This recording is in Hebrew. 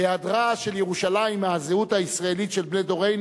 היעדרה של ירושלים מהזהות הישראלית של בני דורנו